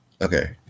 Okay